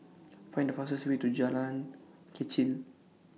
Find The fastest Way to Jalan Kechil